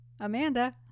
Amanda